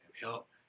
help